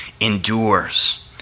endures